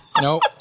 Nope